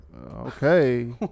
Okay